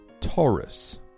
Taurus